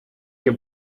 your